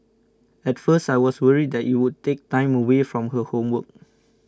at first I was worried that it would take time away from her homework